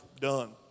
Done